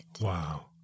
Wow